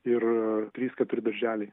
ir trys keturi darželiai